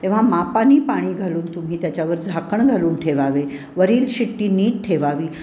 तेव्हा मापाने पाणी घालून तुम्ही त्याच्यावर झाकण घालून ठेवावे वरील शिट्टी नीट ठेवावी